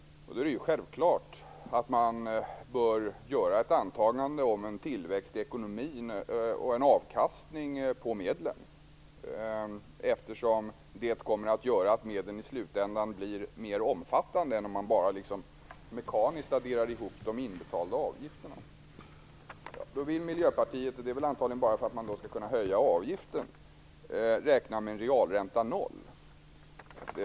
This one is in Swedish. Det är självklart att man bör göra ett antagande om en tillväxt i ekonomin och en avtappning av medlen, eftersom det kommer att göra att medlen i slutänden blir större än om man bara mekaniskt adderar de inbetalda avgifterna. Miljöpartiet vill, antagligen bara för att avgiften därmed skall kunna höjas, räkna med en realränta om 0 %.